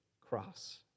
cross